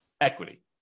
equity